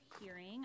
hearing